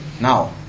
now